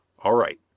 all right.